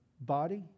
body